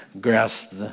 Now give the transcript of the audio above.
grasp